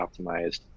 optimized